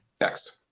Next